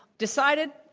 decided,